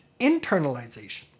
internalization